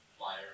Liar